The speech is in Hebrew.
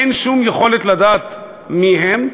ואין שום יכולת לדעת מי הם,